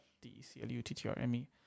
D-E-C-L-U-T-T-R-M-E